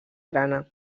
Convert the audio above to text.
grana